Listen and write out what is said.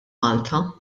malta